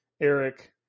Eric